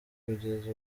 kugeza